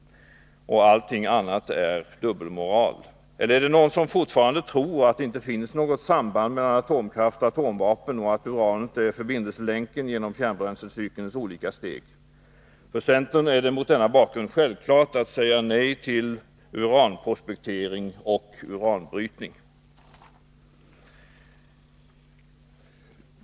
Allting annat är dubbelmoral. Eller är det någon som fortfarande tror att det inte finns något samband mellan atomkraft och atomvapen? Uranet är förbindelselänken genom kärnbränslecykelns olika steg. För centern är det mot denna bakgrund självklart att säga nej till uranprospektering och uranbrytning.